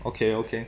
okay okay